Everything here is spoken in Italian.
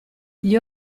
gli